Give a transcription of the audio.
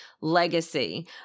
Legacy